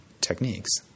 techniques